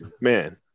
Man